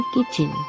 Kitchen